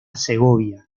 segovia